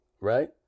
Right